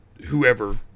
whoever